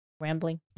rambling